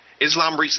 Islam